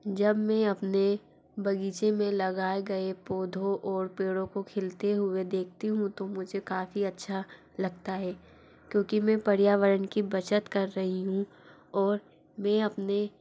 जब में अपने बग़ीचे में लगाए गए पौधों ओर पेड़ों को खिलते हुए देखती हूँ तो मुझे काफ़ी अच्छा लगता है क्योंकि मैं परियावरन की बचत कर रही हूँ और मैं अपने